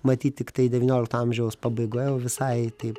matyt tiktai devyniolikto amžiaus pabaigoje jau visai taip